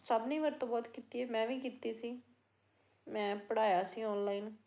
ਸਭ ਨੇ ਵਰਤੋਂ ਬਹੁਤ ਕੀਤੀ ਹੈ ਮੈਂ ਵੀ ਕੀਤੀ ਸੀ ਮੈਂ ਪੜ੍ਹਾਇਆ ਸੀ ਔਨਲਾਈਨ